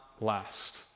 last